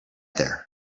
there